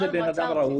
מי ירכיב את אותו מאגר?